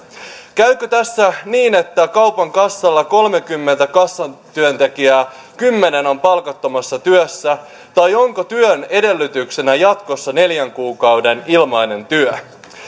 käykö tässä niin että kun kaupan kassalla on kolmekymmentä kassatyötekijää kymmenen on palkattomassa työssä tai onko työn edellytyksenä jatkossa neljän kuukauden ilmainen työ